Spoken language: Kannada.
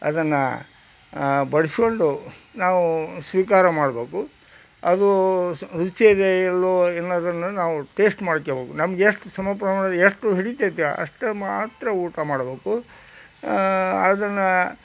ಅದನ್ನ ಬಡಿಸ್ಕೊಂಡು ನಾವು ಸ್ವೀಕಾರ ಮಾಡಬೇಕು ಅದು ಸು ರುಚಿಯಿದೆ ಇಲ್ಲ ಏನಾದ್ರು ನಾವು ಟೇಸ್ಟ್ ಮಾಡ್ಕೊಬೇಕು ನಮ್ಗೆ ಎಷ್ಟು ಸಮ ಪ್ರಮಾಣದಲ್ಲಿ ಎಷ್ಟು ಹಿಡಿತೈತೆ ಅಷ್ಟು ಮಾತ್ರ ಊಟ ಮಾಡಬೇಕು ಅದನ್ನು